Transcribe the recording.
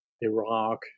Iraq